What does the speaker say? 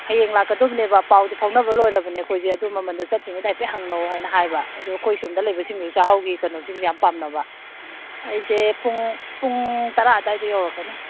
ꯍꯌꯦꯡ ꯂꯥꯛꯀꯗꯕꯅꯦꯕ ꯄꯥꯎꯗꯤ ꯐꯥꯎꯅꯕ ꯂꯣꯏꯔꯕꯅꯦ ꯑꯩꯈꯣꯏꯁꯦ ꯑꯗꯨ ꯃꯃꯟꯗꯣ ꯆꯠꯇ꯭ꯔꯤꯉꯩꯗ ꯍꯥꯏꯐꯦꯠ ꯍꯪꯅꯧ ꯍꯥꯏꯅ ꯍꯥꯏꯕ ꯑꯗꯣ ꯑꯩꯈꯣꯏ ꯁꯣꯝꯗ ꯂꯩꯕꯁꯤꯡꯗꯨꯁꯨ ꯆꯥꯛꯍꯥꯎꯒꯤ ꯀꯩꯅꯣꯁꯤꯡꯁꯦ ꯌꯥꯝ ꯄꯥꯝꯅꯕ ꯑꯩꯁꯦ ꯄꯨꯡ ꯄꯨꯡ ꯇꯔꯥ ꯑꯗꯥꯏꯗ ꯌꯧꯔꯛꯀꯅꯤ